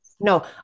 No